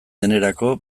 denerako